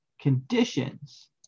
conditions